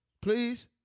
Please